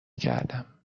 کردم